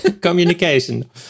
Communication